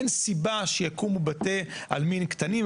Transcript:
אין סיבה שיקומו בתי עלמין קטנים,